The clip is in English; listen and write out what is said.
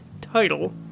title